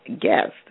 guest